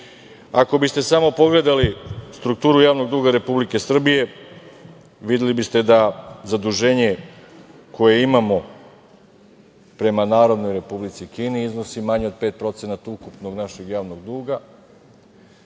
biste samo pogledali strukturu javnog duga Republike Srbije, videli biste da zaduženje koje imamo, prema Narodnoj republici Kini, iznosi manje od 5% od ukupnog našeg javnog duga,